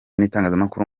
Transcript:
n’itangazamakuru